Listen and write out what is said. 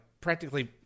practically